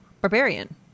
Barbarian